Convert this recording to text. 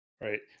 Right